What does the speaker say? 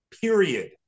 period